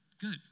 Good